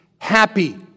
happy